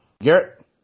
Garrett